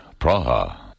Praha